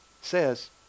says